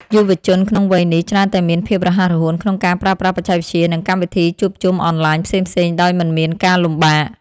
យុវជនក្នុងវ័យនេះ ច្រើនតែមានភាពរហ័សរហួនក្នុងការប្រើប្រាស់បច្ចេកវិទ្យា និងកម្មវិធីជួបជុំអនឡាញផ្សេងៗដោយមិនមានការលំបាក។